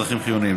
צרכים חיוניים.